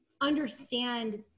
understand